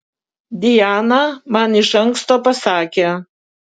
diana man iš anksto pasakė